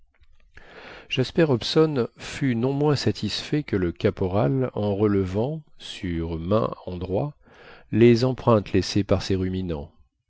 jasper hobson fut non moins satisfait que le caporal en relevant sur maint endroit les empreintes laissées par ces ruminants